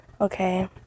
Okay